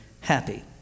happy